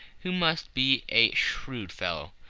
who must be a shrewd fellow.